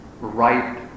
right